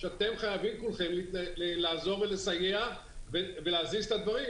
שאתם חייבים כולכם לעזור ולסייע ולהזיז את הדברים.